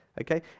Okay